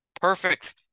perfect